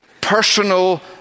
personal